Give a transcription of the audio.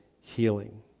healing